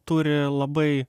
turi labai